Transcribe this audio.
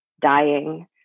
dying